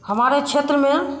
हमारे क्षेत्र में